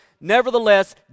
nevertheless